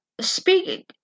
speaking